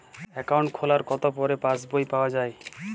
Account খোলার কতো পরে পাস বই পাওয়া য়ায়?